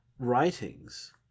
writings